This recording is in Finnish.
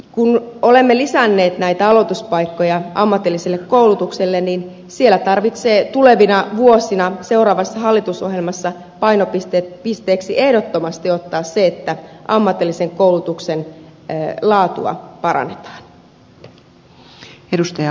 kun olemme lisänneet näitä aloituspaikkoja ammatilliseen koulutukseen niin siellä täytyy tulevina vuosina seuraavassa hallitusohjelmassa painopisteeksi ehdottomasti ottaa se että ammatillisen koulutuksen laatua parannetaan